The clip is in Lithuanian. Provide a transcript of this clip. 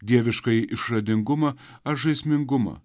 dieviškąjį išradingumą ar žaismingumą